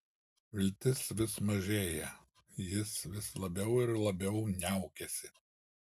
viltis vis mažėja jis vis labiau ir labiau niaukiasi